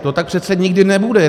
To tak přece nikdy nebude.